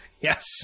Yes